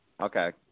Okay